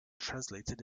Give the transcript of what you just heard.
translated